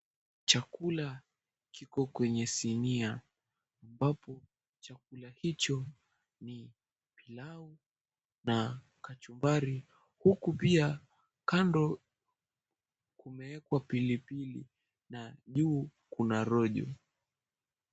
Chakula kiko kwenye sinia, ambapo chakula hicho ni pilau na kachumbari huku pia kando kumewekwa pilipili na juu kuna rojo.